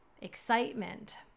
excitement